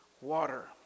water